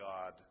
God